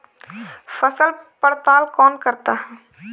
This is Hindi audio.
फसल पड़ताल कौन करता है?